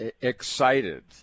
excited